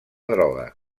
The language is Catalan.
droga